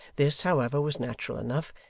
this, however, was natural enough,